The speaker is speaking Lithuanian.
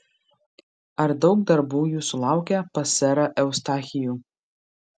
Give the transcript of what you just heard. ar daug darbų jūsų laukia pas serą eustachijų